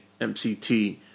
MCT